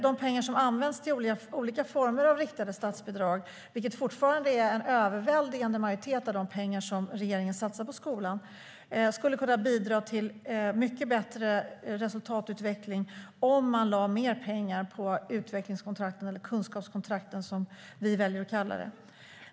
De pengar som används till olika former av riktade statsbidrag, vilket fortfarande är en överväldigande majoritet av de pengar regeringen satsar på skolan, skulle kunna bidra till en mycket bättre resultatutveckling om man lade mer pengar på utvecklingskontrakten - eller kunskapskontrakten, som vi väljer att kalla dem.